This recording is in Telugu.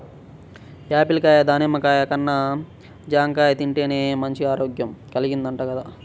యాపిల్ కాయ, దానిమ్మ కాయల కన్నా జాంకాయలు తింటేనే మంచి ఆరోగ్యం కల్గిద్దంట గదా